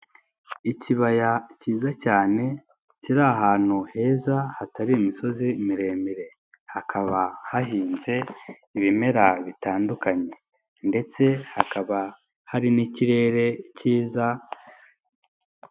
Ikibaya cyiza cyane kiri ahantu heza hatari imisozi miremire hakaba hahinze ibimera bitandukanye ndetse hakaba hari n'ikirere cyiza.